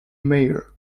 mayor